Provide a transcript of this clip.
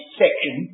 section